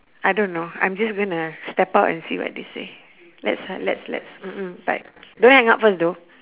I don't know I'm just going to step out and see what they say let's let's let's mm mm bye don't hang up first though